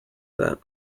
that